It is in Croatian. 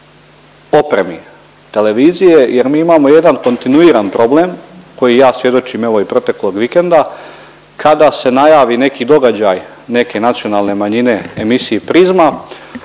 opremi televizije jer mi imamo jedan kontinuiran problem koji ja svjedočim evo i proteklog vikenda kada se najavi neki događaj neke nacionalne manjine emisiji „Prizma“